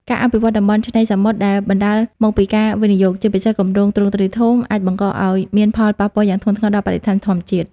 ការអភិវឌ្ឍន៍តំបន់ឆ្នេរសមុទ្រដែលបណ្តាលមកពីការវិនិយោគ ជាពិសេសគម្រោងទ្រង់ទ្រាយធំ អាចបង្កឲ្យមានផលប៉ះពាល់យ៉ាងធ្ងន់ធ្ងរដល់បរិស្ថានធម្មជាតិ។